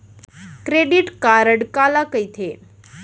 Credit card काला कहिथे?